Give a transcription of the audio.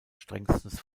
strengstens